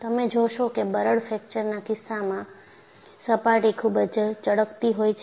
તમે જોશો કે બરડ ફ્રેક્ચરના કિસ્સામાં સપાટી ખૂબ જ ચળકતી હોય છે